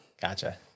Gotcha